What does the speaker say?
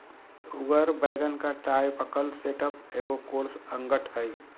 उगर वैगन का typical setup एगो कोर्स अंगठ हइ